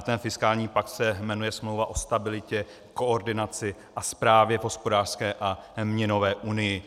Ten fiskální pakt se jmenuje Smlouva o stabilitě, koordinaci a správě v hospodářské a měnové unii.